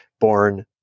born